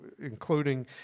including